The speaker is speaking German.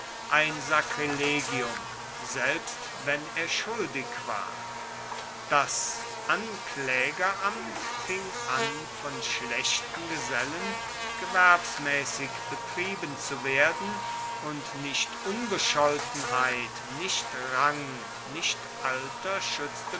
ein sacrilegium selbst wenn er schuldig war das anklägeramt fing an von schlechten gesellen gewerbsmäßig betrieben zu werden und nicht unbescholtenheit nicht rang nicht alter schützte